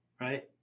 right